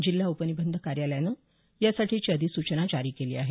जिल्हा उपनिबंधक कार्यालयानं यासाठीची अधिसूचना जारी केली आहे